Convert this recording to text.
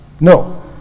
No